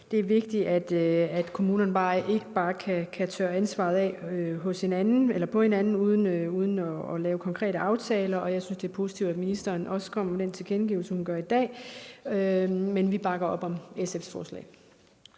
Det er vigtigt, at kommunerne ikke bare kan tørre ansvaret af på hinanden uden at lave konkrete aftaler, og jeg synes, det er positivt, at ministeren også kommer med den tilkendegivelse, hun kommer med i dag. Vi bakker op om SF's forslag.